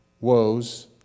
woes